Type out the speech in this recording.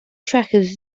trackers